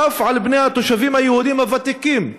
ואף על התושבים היהודים הוותיקים,